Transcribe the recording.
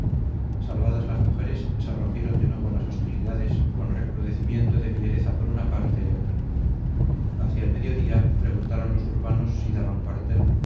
salvadas las mujeres se rompieron de nuevo las hostilidades con recrudecimiento de fiereza por una parte y otra hacia el mediodía preguntaron los urbanos si daban cuartel